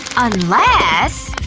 unless,